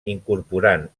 incorporant